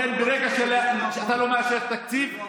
אתה לא יכול לקדם,